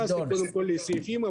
התייחסתי קודם כל לסעיפים,